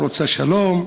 לא רוצה שלום.